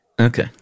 Okay